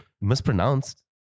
Mispronounced